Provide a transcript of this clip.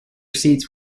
seats